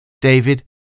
David